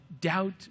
doubt